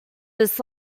this